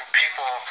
people